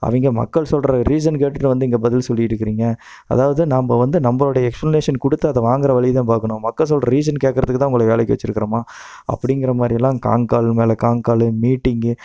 அவங்க மக்கள் சொல்கிற ரீஷன் கேட்டுகிட்டு வந்து இங்கே பதில் சொல்லிகிட்டு இருக்குறீங்க அதாவது நாம் வந்து நம்மளுடைய எக்ஸ்பிளனேஷன் கொடுத்து அதை வாங்குகிற வழியை தான் பாக்கணும் மக்கள் சொல்கிற ரீஷன் கேக்கிறதுக்கு தான் உங்களை வேலைக்கு வச்சிருக்கிறோமா அப்படிங்கிற மாதிரி எல்லாம் கான் கால் மேலே கான் கால் மீட்டிங்கு